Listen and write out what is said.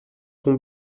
son